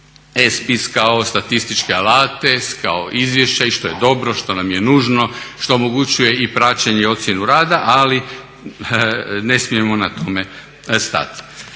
kao statističke alate, kao izvješća i što je dobro, što nam je nužno, što omogućuje i praćenje i ocjenu rada. Ali ne smijemo na tome stati.